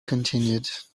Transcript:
continued